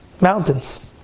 Mountains